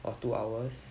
or two hours